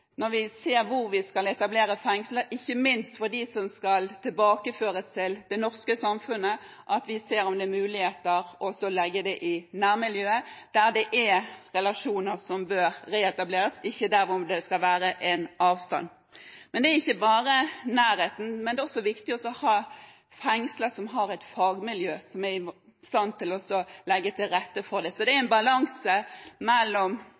ser hvor vi skal etablere et fengsel – ikke minst for dem som skal tilbakeføres til det norske samfunnet – må vi se på om det er en mulighet for å legge det i nærmiljøet, der det er relasjoner som bør reetableres, og ikke der det skal være en avstand. Men det er ikke bare nærheten; det er også viktig å ha fengsler som har et fagmiljø som er i stand til å legge til rette for det. Så det er